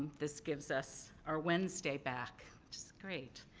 this gives us our wednesday back, which is great.